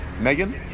Megan